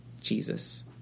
Jesus